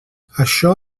això